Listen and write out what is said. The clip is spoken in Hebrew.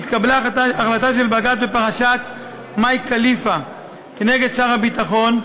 התקבלה החלטה של בג"ץ בפרשת מאי כליפה כנגד שר הביטחון,